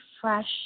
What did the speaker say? fresh